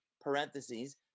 parentheses